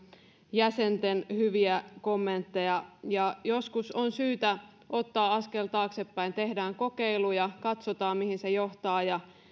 jäsenten hyviä kommentteja joskus on syytä ottaa askel taaksepäin tehdään kokeiluja katsotaan mihin se johtaa ja